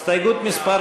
הסתייגות מס'